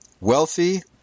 wealthy